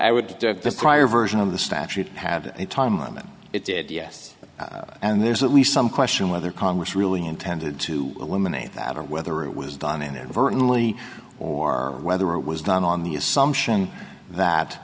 i would this prior version of the statute had a time limit it did yes and there's at least some question whether congress really intended to eliminate that or whether it was done advertently or whether it was done on the assumption that